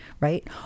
right